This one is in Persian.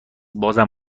بازم